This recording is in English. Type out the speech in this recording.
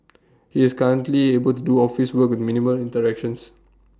he is currently able to do office work with minimal interactions